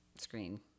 Screen